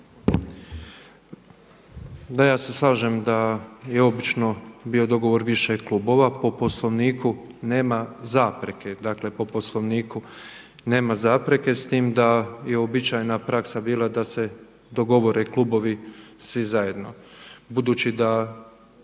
Ja se slažem da je obično bio dogovor više klubova. Po Poslovniku nema zapreke, dakle po Poslovniku nema zapreke. S time da je uobičajena praksa bila da se dogovore klubovi svi zajedno. Budući da